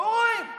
אתה רואה,